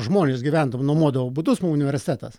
žmonės gyvendavo nuomodavo butus universitetas